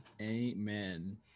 Amen